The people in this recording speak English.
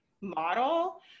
model